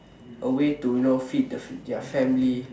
a way to you know feed the their family